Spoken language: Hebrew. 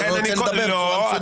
כי אתה לא נותן לדבר בצורה מסודרת.